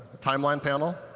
timeline panel,